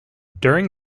during